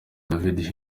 david